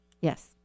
Yes